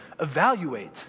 Evaluate